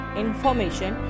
information